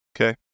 okay